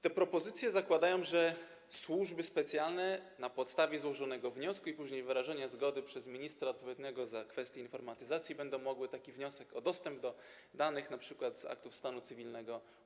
Te propozycje zakładają, że służby specjalne na podstawie złożonego wniosku i później wyrażenia zgody przez ministra odpowiedzialnego za kwestie informatyzacji będą mogły uzyskać taki dostęp do danych, np. z aktów stanu cywilnego.